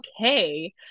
okay